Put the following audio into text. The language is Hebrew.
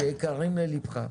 שיקרים לליבך.